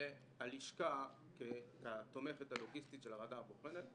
והלשכה, כתומכת הלוגיסטית של הוועדה הבוחנת,